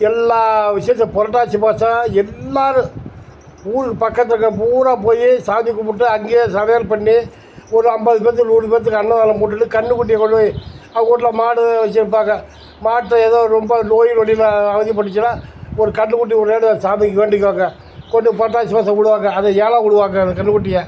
எல்லா விசேஷம் புரட்டாசி மாதம் எல்லாரும் ஊரு பக்கத்துலேருக்க பூராம் போயி சாமி கும்புட்டு அங்கேயே சமையல் பண்ணி ஒரு ஐம்பது பேர்த்துக்கு நூறு பேர்த்துக்கு அன்னதானம் போட்டுவிட்டு கண்ணுக்குட்டியை கொண்டு போய் அவங்க விட்ல மாடு வச்சுருப்பாங்க மாட்டு எதோ ரொம்ப நோய் நொடியில் அவதிப்பட்டுச்சுன்னா ஒரு கண்ணுக்குட்டி விட்றேன்னு அந்த சாமிக்கு வேண்டிக்குவாங்க கொண்டு புரட்டாசி மாதம் விடுவாங்க அதை ஏலம் விடுவாங்க அந்த கண்ணுக்குட்டியை